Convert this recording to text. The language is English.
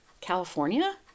California